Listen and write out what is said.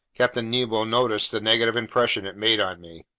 captain nemo noticed the negative impression it made on me.